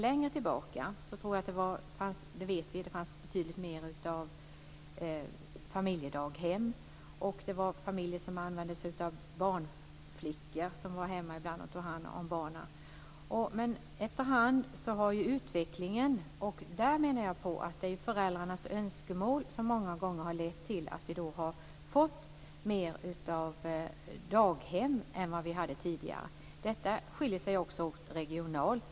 Längre tillbaka vet vi att det fanns betydligt mer av familjedaghem. Och familjer använde sig av barnflickor som var hemma ibland och tog hand om barnen. Men efterhand har det blivit en sådan här utveckling. Jag menar att det är föräldrarnas önskemål som många gånger har lett till att vi har fått mer av daghem än vi hade tidigare. Det skiljer sig givetvis regionalt.